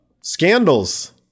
scandals